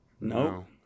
No